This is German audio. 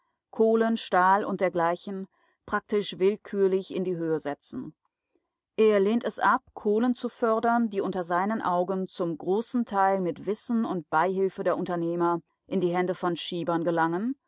kohlen stahl u dgl praktisch willkürlich in die höhe setzen er lehnt es ab kohlen zu fördern die unter seinen augen zum großen teil mit wissen und beihilfe der unternehmer in die hände von schiebern gelangen